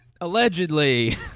Allegedly